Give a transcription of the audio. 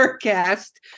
guest